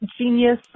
genius